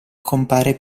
compare